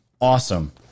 Awesome